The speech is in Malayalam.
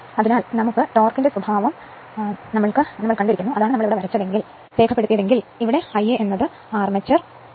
അതിനാൽ നമ്മൾ ടോർക്ക് സ്വഭാവം ആണ് വരച്ചതെങ്കിൽ ഇത് Ia അർമേച്ചർ ശരിയാണ്